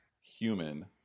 human